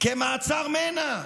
כמעצר מנע,